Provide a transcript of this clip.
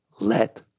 Let